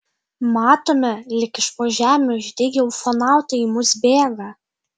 matome lyg iš po žemių išdygę ufonautai į mus bėga